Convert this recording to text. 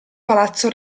palazzo